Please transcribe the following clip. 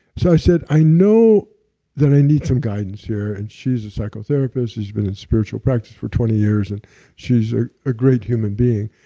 so i said, i know that i need some guidance here. and she's a psychotherapist, she's been in spiritual practice for twenty years, and she's ah a great human being.